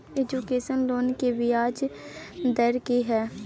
Education loan के ब्याज दर की हय?